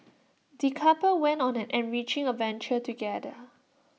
the couple went on an enriching adventure together